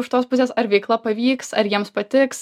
už tos pusės ar veikla pavyks ar jiems patiks